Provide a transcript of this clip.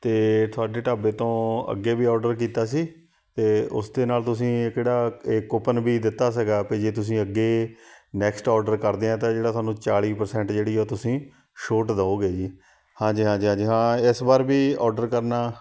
ਅਤੇ ਤੁਹਾਡੇ ਢਾਬੇ ਤੋਂ ਅੱਗੇ ਵੀ ਔਡਰ ਕੀਤਾ ਸੀ ਅਤੇ ਉਸ ਦੇ ਨਾਲ ਤੁਸੀਂ ਕਿਹੜਾ ਇਹ ਕੂਪਨ ਵੀ ਦਿੱਤਾ ਸੀਗਾ ਵੀ ਜੇ ਤੁਸੀਂ ਅੱਗੇ ਨੈਕਸਟ ਔਡਰ ਕਰਦੇ ਆ ਤਾਂ ਜਿਹੜਾ ਤੁਹਾਨੂੰ ਚਾਲੀ ਪ੍ਰਸੈਂਟ ਜਿਹੜੀ ਉਹ ਤੁਸੀਂ ਛੋਟ ਦਿਉਗੇ ਜੀ ਹਾਂਜੀ ਹਾਂਜੀ ਹਾਂਜੀ ਹਾਂ ਇਸ ਵਾਰ ਵੀ ਔਡਰ ਕਰਨਾ